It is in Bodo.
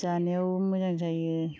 जानायावबो मोजां जायो